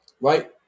right